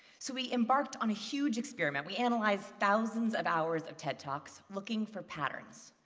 so we embarked on a huge experiment. we analyzed thousands of hours of ted talks, looking for patterns.